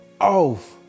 off